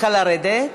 לכן אני אבקש ממך לרדת.